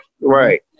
Right